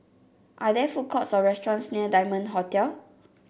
are there food courts or restaurants near Diamond Hotel